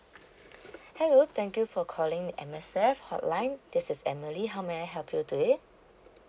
hello thank you for calling M_S_F hotline this is emily how may I help you today